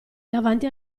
davanti